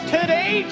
Today